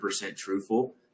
truthful